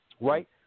right